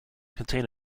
contain